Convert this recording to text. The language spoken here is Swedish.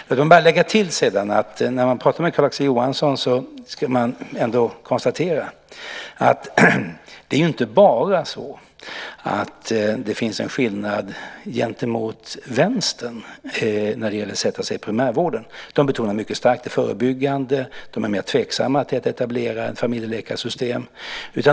Låt mig bara lägga till att när man pratar med Carl-Axel Johansson kan man konstatera att det inte bara finns en skillnad gentemot Vänstern när det gäller sättet att se på primärvården. De betonar mycket starkt det förebyggande. De är mer tveksamma till att etablera ett familjeläkarsystem.